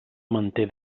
manté